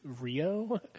Rio